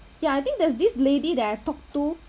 ya I think there's this lady that I talked to